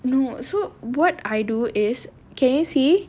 no so what I do is can you see